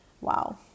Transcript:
Wow